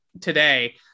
today